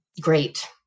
Great